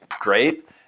great